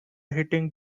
hitting